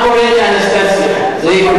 אני מוצא צורך, אנחנו נצביע בשביל זה.